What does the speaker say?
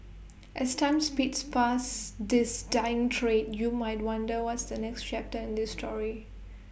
as time speeds past this dying trade you might wonder what's the next chapter in this story